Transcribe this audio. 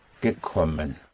gekommen